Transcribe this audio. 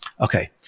okay